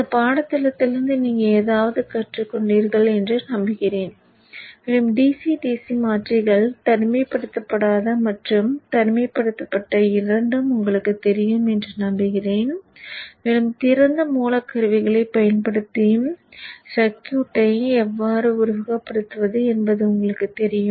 இந்தப் பாடத்திட்டத்திலிருந்து நீங்கள் ஏதாவது கற்றுக்கொண்டீர்கள் என்று நம்புகிறேன் மேலும் DC DC மாற்றிகள் தனிமைப்படுத்தப்படாத மற்றும் தனிமைப்படுத்தப்பட்ட இரண்டும் உங்களுக்குத் தெரியும் என்று நம்புகிறேன் மேலும் திறந்த மூலக் கருவிகளைப் பயன்படுத்தி சர்க்யூட்டை எவ்வாறு உருவகப்படுத்துவது என்பது உங்களுக்குத் தெரியும்